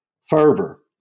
fervor